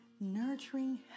nurturing